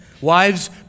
Wives